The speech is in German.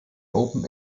open